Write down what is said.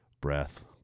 breath